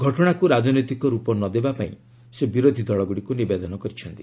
ଘଟଣାକୁ ରାଜନୈତିକ ରୂପ ନ ଦେବା ପାଇଁ ସେ ବିରୋଧୀ ଦଳଗୁଡ଼ିକୁ ନିବେଦନ କରିଛନ୍ତି